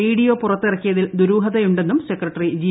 video പുറത്തിറക്കിയതിൽ ദുരൂഹതയുണ്ടെന്നും secretary G